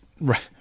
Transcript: Right